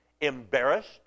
embarrassed